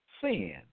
sin